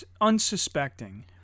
unsuspecting